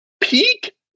Peak